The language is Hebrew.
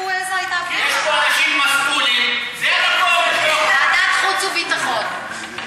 יש פה אנשים מסטולים, זה המקום, ועדת חוץ וביטחון.